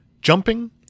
jumping